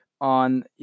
on